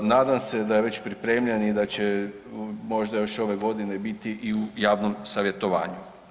Nadam se da je već pripremljen i da će možda još ove godine biti i u javnom savjetovanju.